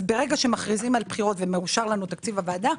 אז ברגע שמכריזים על בחירות ומאושר לנו תקציב הוועדה,